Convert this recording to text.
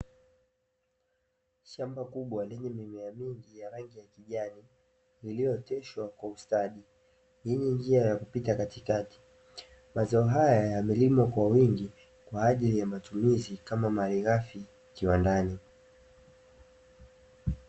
Shamba kubwa lenye mimea mingi ya rangi ya kijani, iliyooteshwa kwa ustadi enye njia ya kupita katikati mazao haya yamelimwa kwa wingi kwajili ya matumizi ya malighafi kiwandani.